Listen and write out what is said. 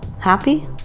Happy